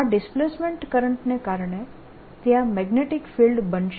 આ ડિસ્પ્લેસમેન્ટ કરંટને કારણે ત્યાં મેગ્નેટીક ફિલ્ડ બનશે